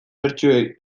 bertsio